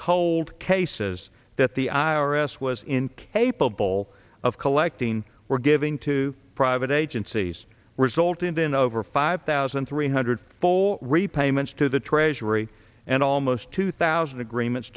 cold cases that the i r s was incapable of collecting were given to private agencies resulted in over five thousand three hundred full repayments to the treasury and almost two thousand agreements